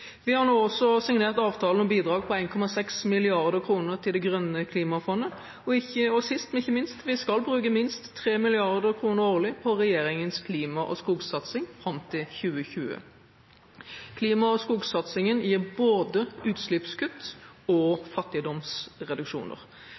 Vi har nå også signert avtalen om bidrag på 1,6 mrd. kr til Det grønne klimafondet. Og sist, men ikke minst: Vi skal bruke minst 3 mrd. kr årlig på regjeringens klima- og skogsatsing fram til 2020. Klima- og skogsatsingen gir både utslippskutt og fattigdomsreduksjoner.